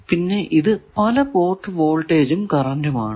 പിന്നെ ഇത് പല പോർട്ട് വോൾട്ടേജും കറന്റും ആണ്